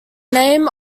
name